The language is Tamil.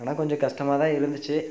ஆனால் கொஞ்சம் கஷ்டமாக தான் இருந்துச்சு